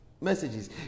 messages